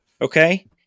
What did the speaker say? okay